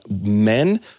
Men